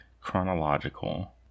chronological